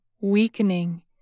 weakening